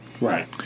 Right